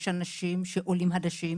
יש אנשים שהם עולים חדשים,